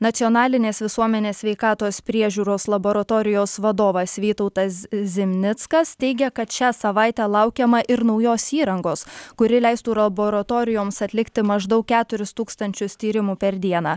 nacionalinės visuomenės sveikatos priežiūros laboratorijos vadovas vytautas zimnickas teigia kad šią savaitę laukiama ir naujos įrangos kuri leistų laboratorijoms atlikti maždaug keturis tūkstančius tyrimų per dieną